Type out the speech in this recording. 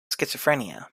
schizophrenia